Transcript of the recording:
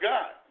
God